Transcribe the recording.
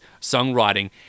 songwriting